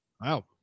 Wow